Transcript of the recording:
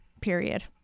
period